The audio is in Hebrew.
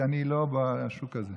כי אני לא בשוק הזה.